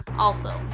also,